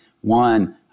One